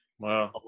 Wow